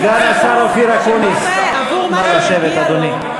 סגן השר אופיר אקוניס, נא לשבת, אדוני.